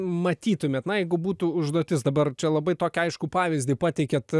matytumėt na jeigu būtų užduotis dabar čia labai tokią aiškų pavyzdį pateikėt